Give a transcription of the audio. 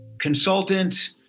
consultant